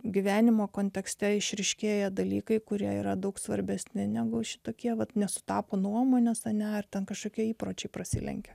gyvenimo kontekste išryškėja dalykai kurie yra daug svarbesni negu šitokie vat nesutapo nuomonės ane ar ten kažkokie įpročiai prasilenkia